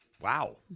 wow